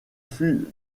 fut